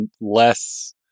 less